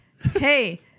hey